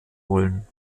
wollen